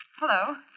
Hello